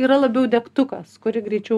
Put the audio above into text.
yra labiau degtukas kuri greičiau